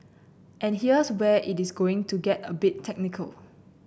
and here's where it is going to get a bit technical